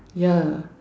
ya